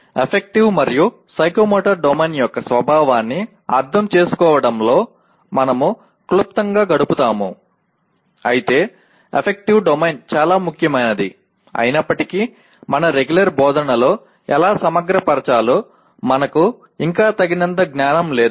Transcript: affective మరియు psychomotor domain యొక్క స్వభావాన్ని అర్థం చేసుకోవడంలో మనము క్లుప్తంగా గడుపుతాము అయితే అఫక్టీవ్ డొమైన్ చాలా ముఖ్యమైనది అయినప్పటికీ మన రెగ్యులర్ బోధనలో ఎలా సమగ్రపరచాలో మనకు ఇంకా తగినంత జ్ఞానం లేదు